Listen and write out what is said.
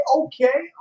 okay